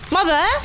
Mother